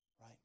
right